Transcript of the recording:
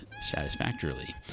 satisfactorily